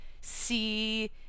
see